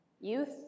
Youth